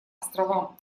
островам